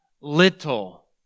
little